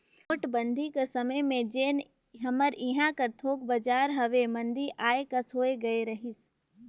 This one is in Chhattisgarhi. नोटबंदी कर समे में जेन हमर इहां कर थोक बजार हवे मंदी आए कस होए गए रहिस